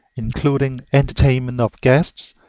including entertainment of guests,